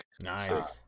Nice